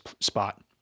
spot